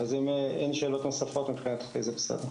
אם אין שאלות נוספות, מבחינתי זה בסדר.